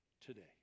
today